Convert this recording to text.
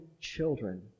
children